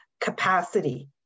capacity